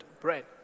bread